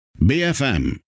BFM